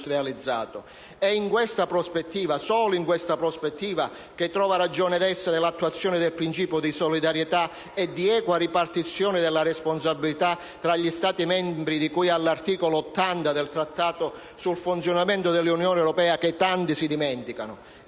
e solo in questa prospettiva, che trova ragione d'essere l'attuazione del principio di solidarietà e di equa ripartizione della responsabilità tra gli Stati membri, di cui all'articolo 80 del Trattato sul funzionamento dell'Unione europea, di cui tanti si dimenticano.